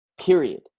period